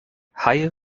haie